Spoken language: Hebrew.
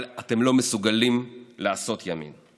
אבל אתם לא מסוגלים לעשות ימין.